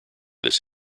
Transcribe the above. this